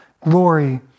glory